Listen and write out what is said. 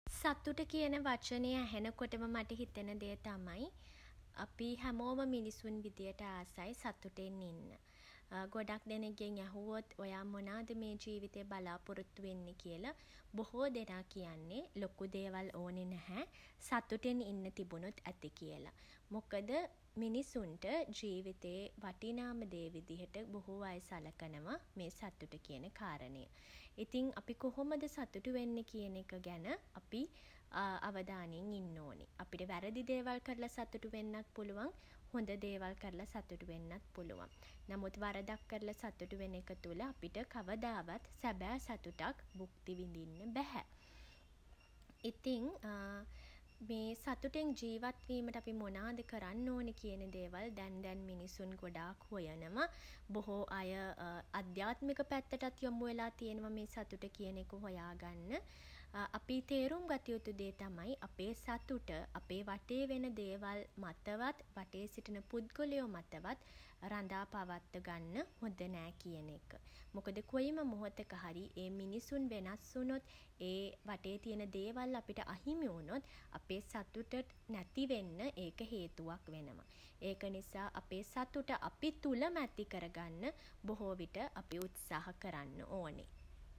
සතුට කියන වචනය ඇහෙනකොටම මට හිතෙන දේ තමයි අපි හැමෝම මිනිසුන් විදිහට ආසයි සතුටින් ඉන්න. ගොඩක් දෙනෙක්ගෙන් ඇහුවොත් ඔයා මොනාද මේ ජීවිතේ බලාපොරොත්තු වෙන්නෙ කියල බොහෝ දෙනා කියන්නේ ලොකු දේවල් ඕනේ නැහැ සතුටින් ඉන්න තිබුනොත් ඇති කියල. මොකද මිනිසුන්ට ජීවිතේ වටිනාම දේ විදිහට බොහෝ අය සලකනවා මේ සතුට කියන කාරණය. ඉතින් අපි කොහොමද සතුටු වෙන්නේ කියන එක ගැන අපි අවධානයෙන් ඉන්න ඕනෙ. අපිට වැරදි දේවල් කරලා සතුටු වෙන්නත් පුළුවන්. හොඳ දේවල් කරලා සතුටු වෙන්නත් පුළුවන්. නමුත් වරදක් කරලා සතුටු වෙන එක තුළ අපිට කවදාවත් සැබෑ සතුටක් භුක්ති විඳින්න බැහැ. ඉතින් මේ සතුටෙන් ජීවත් වීමට අපි මොනාද කරන්න ඕනේ කියන දේවල් දැන් දැන් මිනිසුන් ගොඩාක් හොයනවා. බොහෝ අය අධ්‍යාත්මික පැත්තටත් යොමු වෙලා තියෙනවා මේ සතුට කියන එක හොයාගන්න. අපි තේරුම් ගත යුතු දේ තමයි අපේ සතුට අපේ රටේ වෙන දේවල් මතවත් වටේ සිටින පුද්ගලයෝ මතවත් රඳා පවත්වා ගන්න හොඳ නෑ කියන එක. මොකද කොයිම මොහොතක හරි ඒ මිනිසුන් වෙනස් වුණොත් ඒ වටේ තියෙන දේවල් අපිට අහිමි වුණොත් අපේ සතුට නැති වෙන්න ඒක හේතුවක් වෙනවා. ඒක නිසා අපේ සතුට අපි තුළම ඇති කරගන්න බොහෝ විට අපි උත්සාහ කරන්න ඕනේ.